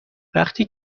وقتی